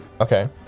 Okay